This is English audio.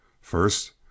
First